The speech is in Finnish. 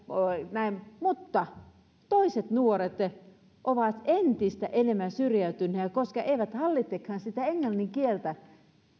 näin mutta toiset nuoret ovat entistä enemmän syrjäytyneitä koska eivät hallitsekaan sitä englannin kieltä